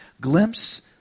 glimpse